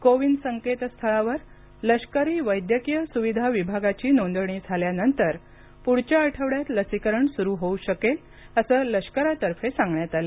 कोविन संकेतस्थळावर लष्करी वैद्यकीय सुविधा विभागाची नोंदणी झाल्यानंतर पुढच्या आठवड्यात लसीकरण सुरू होऊ शकेल असं लष्करातर्फे सांगण्यात आलं